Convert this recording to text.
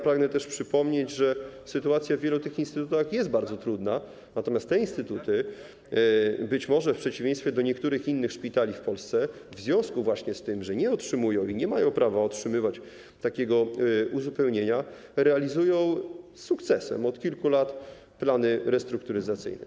Pragnę przypomnieć, że sytuacja w wielu tych instytutach jest bardzo trudna, natomiast być może one w przeciwieństwie do niektórych innych szpitali w Polsce w związku z tym, że nie otrzymują i nie mają prawa otrzymywać takiego uzupełnienia, realizują z sukcesem od kilku lat plany restrukturyzacyjne.